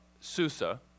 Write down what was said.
susa